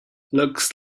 looks